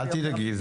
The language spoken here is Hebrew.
אל תדאגי.